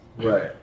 Right